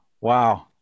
wow